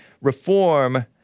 Reform